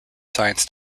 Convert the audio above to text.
science